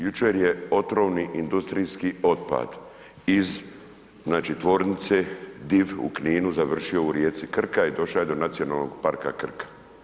Jučer je otrovni industrijski otpad iz tvornice DIF u Kninu, završio u rijeci Krka i došao je do Nacionalnog parka Krka.